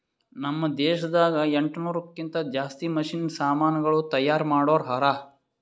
ನಾಮ್ ದೇಶದಾಗ ಎಂಟನೂರಕ್ಕಿಂತಾ ಜಾಸ್ತಿ ಮಷೀನ್ ಸಮಾನುಗಳು ತೈಯಾರ್ ಮಾಡೋರ್ ಹರಾ